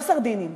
לא סרדינים,